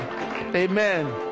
Amen